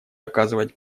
оказывать